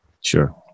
Sure